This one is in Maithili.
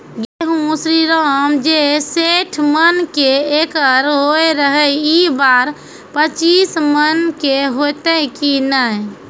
गेहूँ श्रीराम जे सैठ मन के एकरऽ होय रहे ई बार पचीस मन के होते कि नेय?